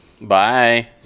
bye